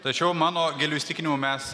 tačiau mano giliu įsitikinimu mes